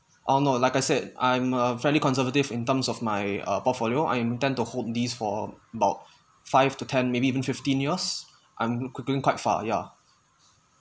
oh no like I said I'm a fairly conservative in terms of my uh portfolio I intend to hold these for about five to ten maybe even fifteen years I'm quite far ya